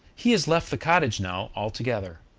he has left the cottage now, altogether.